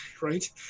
right